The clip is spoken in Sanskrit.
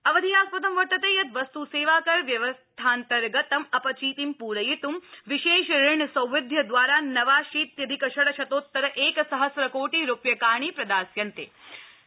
अवधेयास् दं वर्तते यत् वस्त सेवाकर व्यवस्थान्तर्गत अपिचितिं प्रयित् विशेष ऋण सौविध्य दवारा नवाशीत्यधिक षङ्शतोत्तर एक सहस्रकोटि रुप्यकाणि प्रदास्यन्ते इति